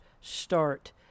start